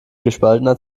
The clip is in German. gespaltener